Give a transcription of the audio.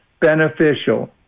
beneficial